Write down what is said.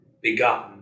begotten